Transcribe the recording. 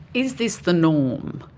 is this the norm?